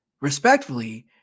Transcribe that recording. respectfully